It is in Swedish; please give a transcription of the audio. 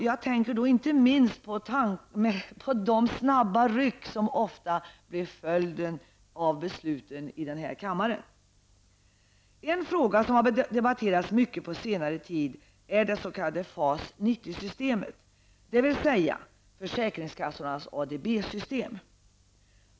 Jag tänker inte minst på de ''snabba ryck'' som ofta blir följden av besluten i den här kammaren. En fråga som har debatterats mycket på senare tid är det s.k. FAS 90-systemet, dvs. försäkringskassornas ADB-system.